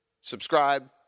Subscribe